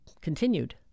continued